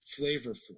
flavorful